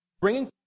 bringing